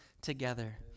together